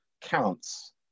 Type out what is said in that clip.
counts